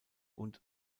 und